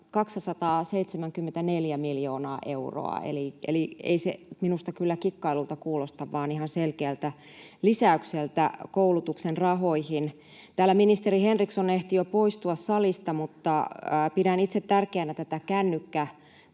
274 miljoonaa euroa eli ei se minusta kyllä kikkailulta kuulosta vaan ihan selkeältä lisäykseltä koulutuksen rahoihin. Ministeri Henriksson ehti jo poistua täältä salista, mutta pidän itse tärkeänä tätä kännykkäkieltoon